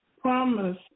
promise